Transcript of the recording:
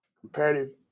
comparative